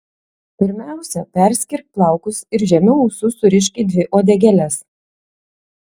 pirmiausia perskirk plaukus ir žemiau ausų surišk į dvi uodegėles